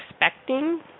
expecting